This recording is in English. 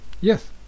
Yes